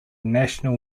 national